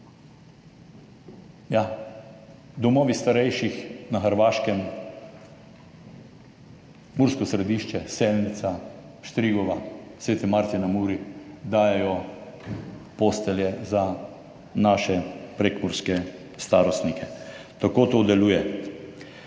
Ja, domovi starejših na Hrvaškem, Mursko Središče, Selnica, Štrigova, Sveti Martin na Muri, dajejo postelje za naše prekmurske starostnike. Tako to deluje.